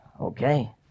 Okay